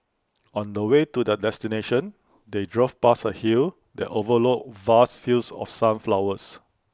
on the way to their destination they drove past A hill that overlooked vast fields of sunflowers